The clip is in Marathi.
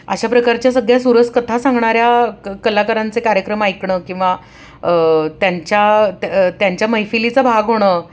अशा प्रकारच्या सगळ्या सुरस कथा सांगणाऱ्या क कलाकारांचे कार्यक्रम ऐकणं किंवा त्यांच्या त्यांच्या मैफिलीचा भाग होणं